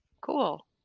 cool